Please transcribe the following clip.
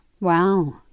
Wow